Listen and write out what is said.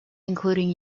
including